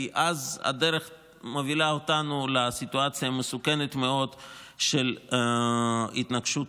כי אז הדרך מובילה אותנו לסיטואציה מסוכנת מאוד של התנגשות הרשויות.